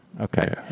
Okay